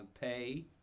pay